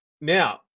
Now